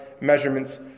measurements